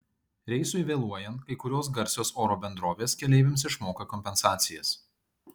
reisui vėluojant kai kurios garsios oro bendrovės keleiviams išmoka kompensacijas